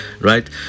Right